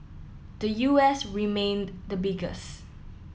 the U S remained the biggest